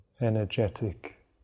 energetic